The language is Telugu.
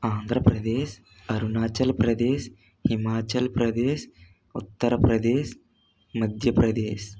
ఆంధ్ర ప్రదేశ్ అరుణాచల్ ప్రదేశ్ హిమాచల్ ప్రదేశ్ ఉత్తరప్రదేశ్ మధ్యప్రదేశ్